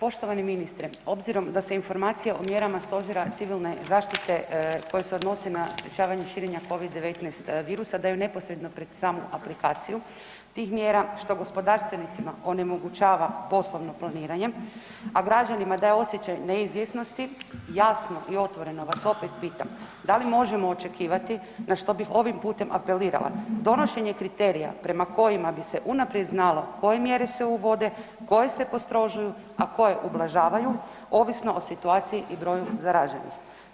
Poštovani ministre, obzirom da se informacija o mjerama stožera civilne zaštite koje se odnose na sprječavanje širenja COVID-19 virusa, daju neposrednu pred samu aplikaciju tih mjera što gospodarstvenicima onemogućava poslovno planiranje, a građanima daje osjećaj neizvjesnosti, jasno i otvoreno vas opet pitam, da li možemo očekivati na što bih ovim putem apelirala donošenje kriterija prema kojima bi se unaprijed znalo koje mjere se uvode, koje se postrožuju a koje ublažavaju ovisno o situaciji i broju zaraženih?